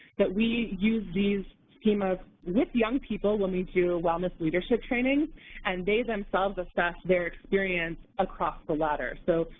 that we use these schemas with young people when we do wellness leadership trainings and they themselves assess their experience across the ladder. so,